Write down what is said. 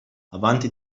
avanti